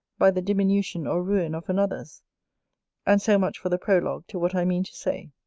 by the diminution or ruin of another's and so much for the prologue to what i mean to say.